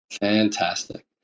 Fantastic